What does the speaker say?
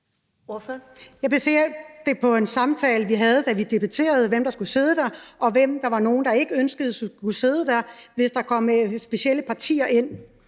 Jeg baserer det på en samtale, jeg havde, da vi debatterede, hvem der skulle sidde der, og hvem der ikke, som nogle ønskede det, skulle sidde der, hvis der kom specielle partier ind